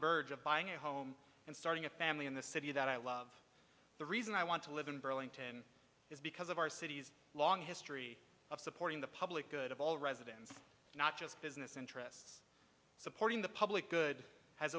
verge of buying a home and starting a family in the city that i love the reason i want to live in burlington is because of our city's long history of supporting the public good of all residents not just business interests supporting the public good has